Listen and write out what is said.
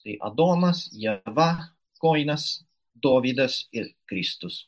tai adomas ieva kainas dovydas ir kristus